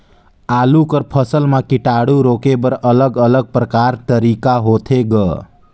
आलू कर फसल म कीटाणु रोके बर अलग अलग प्रकार तरीका होथे ग?